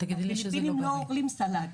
בפיליפינים לא אוכלים סלט,